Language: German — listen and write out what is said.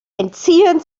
entziehen